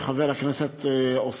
חבר הכנסת אוסאמה,